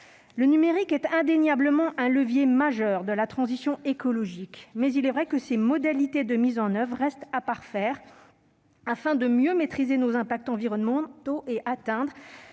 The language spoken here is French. Le numérique est indéniablement un levier majeur de la transition écologique, mais il est vrai que ses modalités de déploiement restent à parfaire afin de mieux maîtriser nos impacts environnementaux et d'atteindre